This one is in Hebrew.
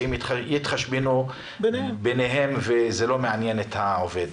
שהם יתחשבנו ביניהם וזה לא מעניין את העובד.